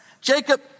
Jacob